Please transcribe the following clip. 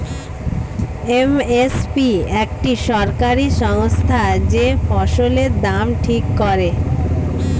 M S P একটি সরকারি সংস্থা যে ফসলের দাম ঠিক করে